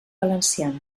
valenciana